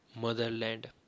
motherland